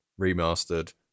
remastered